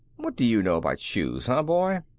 what do you know about shoes, huh boy?